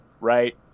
right